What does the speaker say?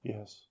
Yes